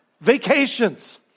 vacations